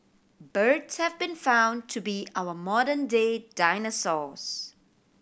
birds have been found to be our modern day dinosaurs